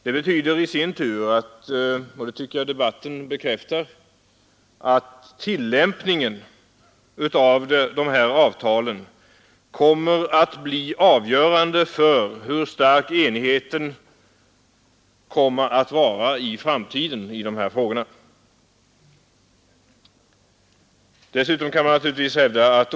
Det betyder i sin tur, och det tycker jag att debatten bekräftar, att tillämpningen av avtalet kommer att bli avgörande för hur stark enigheten om dessa frågor blir i framtiden.